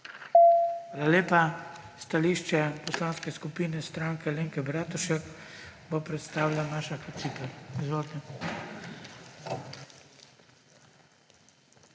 Hvala lepa. Stališče Poslanke skupine Stranke Alenke Bratušek bo predstavila Maša Kociper. Izvolite.